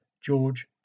George